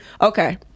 Okay